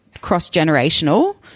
cross-generational